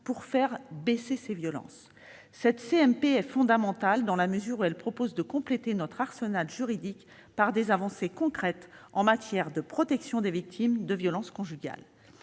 pour faire baisser ces violences. Cette CMP est fondamentale dans la mesure où elle propose de compléter notre arsenal juridique par des avancées concrètes en matière de protection des victimes de violences conjugales.